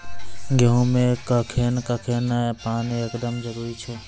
गेहूँ मे कखेन कखेन पानी एकदमें जरुरी छैय?